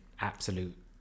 absolute